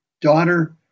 daughter